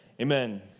amen